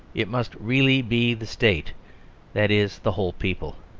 it must really be the state that is, the whole people.